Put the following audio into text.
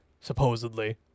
supposedly